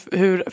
hur